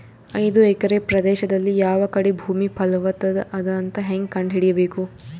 ಐದು ಎಕರೆ ಪ್ರದೇಶದಲ್ಲಿ ಯಾವ ಕಡೆ ಭೂಮಿ ಫಲವತ ಅದ ಅಂತ ಹೇಂಗ ಕಂಡ ಹಿಡಿಯಬೇಕು?